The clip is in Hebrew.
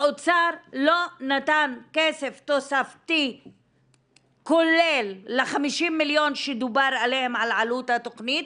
האוצר לא נתן כסף תוספתי כולל ל-50 מיליון שדובר עליהם על עלות התכנית